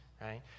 right